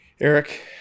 Eric